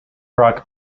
rock